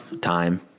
time